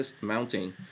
mounting